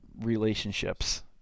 relationships